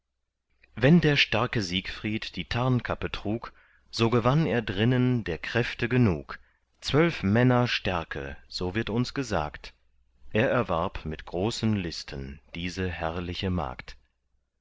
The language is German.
wenn der starke siegfried die tarnkappe trug so gewann er drinnen der kräfte genug zwölf männer stärke so wird uns gesagt er erwarb mit großen listen diese herrliche magd